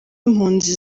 impunzi